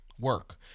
work